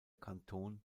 kanton